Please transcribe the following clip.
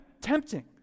Tempting